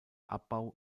abbau